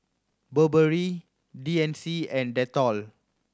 Burberry D and C and Dettol